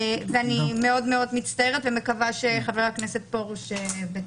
ואני מאוד מאוד מצטערת ומקווה שחבר הכנסת פרוש בטוב.